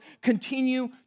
continue